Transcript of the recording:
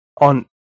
on